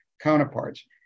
counterparts